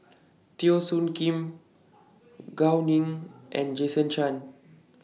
Teo Soon Kim Gao Ning and Jason Chan